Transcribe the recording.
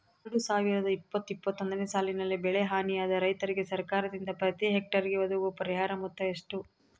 ಎರಡು ಸಾವಿರದ ಇಪ್ಪತ್ತು ಇಪ್ಪತ್ತೊಂದನೆ ಸಾಲಿನಲ್ಲಿ ಬೆಳೆ ಹಾನಿಯಾದ ರೈತರಿಗೆ ಸರ್ಕಾರದಿಂದ ಪ್ರತಿ ಹೆಕ್ಟರ್ ಗೆ ಒದಗುವ ಪರಿಹಾರ ಮೊತ್ತ ಎಷ್ಟು?